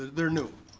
they're new.